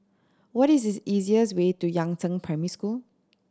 what is easiest way to Yangzheng Primary School